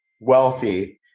wealthy